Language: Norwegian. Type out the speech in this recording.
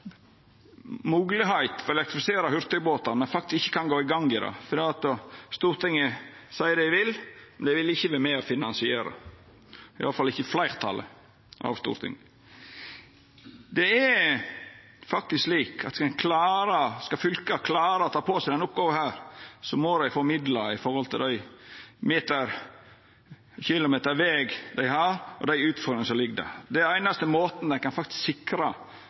moglegheit til å elektrifisera hurtigbåtar, men kan ikkje gå i gang med det. Stortinget seier dei vil, men dei vil ikkje vera med og finansiera det – i alle fall ikkje fleirtalet i Stortinget. Det er faktisk slik at skal fylka klara å ta på seg denne oppgåva, må dei få midlar ut frå kor mange kilometer veg dei har, og dei utfordringane som ligg der. Det er den einaste måten ein kan sikra